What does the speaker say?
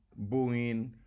Boeing